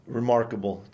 remarkable